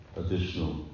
additional